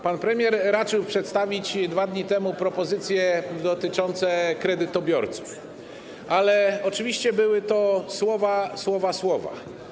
Pan premier raczył przedstawić 2 dni temu propozycje dotyczące kredytobiorców, ale oczywiście były to słowa, słowa, słowa.